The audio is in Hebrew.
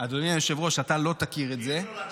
אדוני היושב-ראש, אתה לא תכיר את זה.